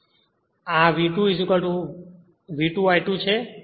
તેથી આ V2 V2 I2 છે